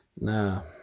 Now